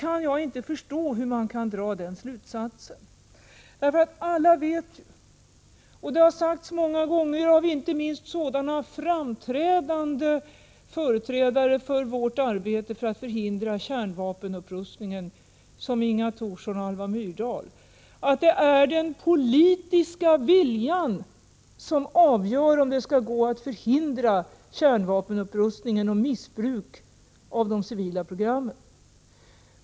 Alla vet ju att — det har sagts många gånger av inte minst sådana framträdande företrädare för vårt arbete för att förhindra kärnvapenupprustning som Inga Thorsson och Alva Myrdal — det är den politiska viljan som avgör om det skall gå att förhindra kärnvapenupprustning och missbruk av de civila programmen.